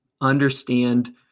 understand